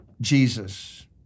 Jesus